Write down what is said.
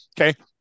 Okay